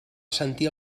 sentir